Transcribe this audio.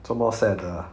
这么 sad 的 ah